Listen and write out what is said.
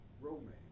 romance